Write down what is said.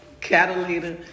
Catalina